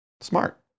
Smart